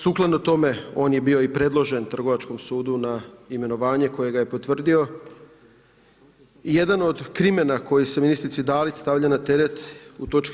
Sukladno tome on je bio i predložen Trgovačkom sudu na imenovanje koji ga je potvrdio i jedan od krimena koji se ministrici Dalić stavlja na teret u toč.